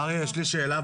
אריה, יש לי שאלה.